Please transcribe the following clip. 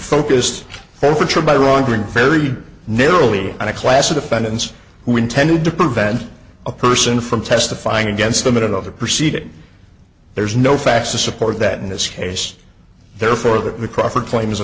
focused forfeiture by wrongdoing very narrowly on a class of defendants who intended to prevent a person from testifying against them in another proceeding there's no facts to support that in this case therefore the crawford claim is a